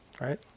right